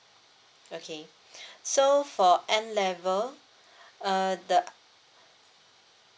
okay so for n level uh the